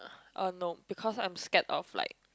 uh no because I'm scared of like